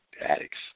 addicts